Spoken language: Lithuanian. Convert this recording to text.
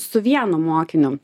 su vienu mokiniu